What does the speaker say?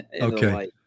Okay